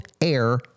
air